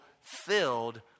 filled